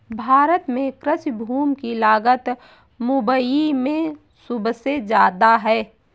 भारत में कृषि भूमि की लागत मुबई में सुबसे जादा है